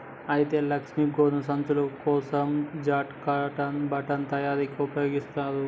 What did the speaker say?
అయితే లక్ష్మీ గోను సంచులు కోసం జూట్ కాటన్ బట్ట తయారీకి ఉపయోగిస్తారు